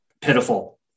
pitiful